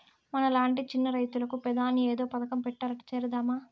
మనలాంటి చిన్న రైతులకు పెదాని ఏదో పథకం పెట్టారట చేరదామా